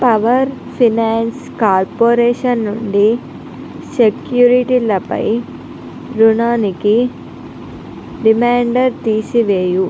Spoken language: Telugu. పవర్ ఫినాస్ కార్పొరేషన్ నుండి సెక్యూరిటీలపై రుణానికి రిమైండర్ తీసి వేయు